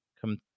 come